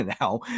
now